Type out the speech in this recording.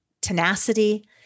tenacity